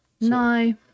No